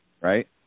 right